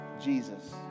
Jesus